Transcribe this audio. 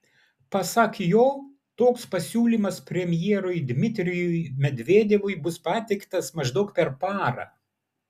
pasak jo toks pasiūlymas premjerui dmitrijui medvedevui bus pateiktas maždaug per parą